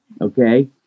okay